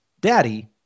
daddy